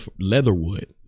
Leatherwood